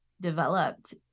developed